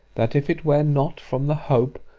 that if it were not from the hope,